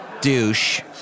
douche